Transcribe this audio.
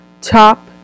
top